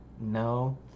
no